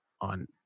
on